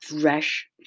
fresh